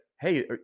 hey